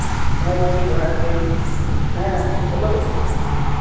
ᱦᱮᱸ ᱜᱚᱢᱠᱮ ᱡᱚᱦᱟᱨ ᱜᱮ ᱦᱮᱸ ᱦᱮᱞᱳ